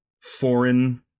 foreign